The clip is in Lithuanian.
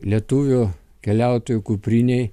lietuvių keliautojų kuprinėj